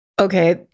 Okay